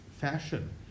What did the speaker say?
fashion